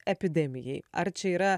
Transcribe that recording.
epidemijai ar čia yra